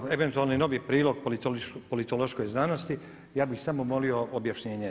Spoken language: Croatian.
Kao eventualni novi prilog politološkoj znanosti ja bih samo molio objašnjenje.